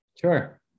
Sure